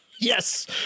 Yes